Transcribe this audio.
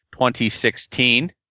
2016